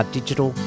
Digital